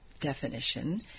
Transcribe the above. definition